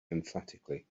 emphatically